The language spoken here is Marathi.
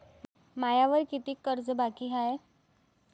मायावर कितीक कर्ज बाकी हाय?